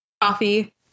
coffee